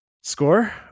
Score